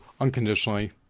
unconditionally